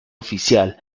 oficial